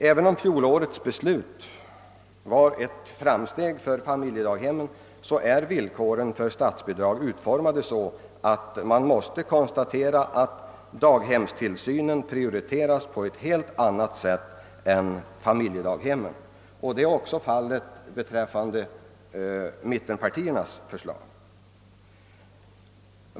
Även om fjolårets beslut innebar ett framsteg för familjedaghemmen är villkoren för att erhålla statsbidrag dock utformade så, att daghemstillsynen prioriteras framför familjedaghemmen.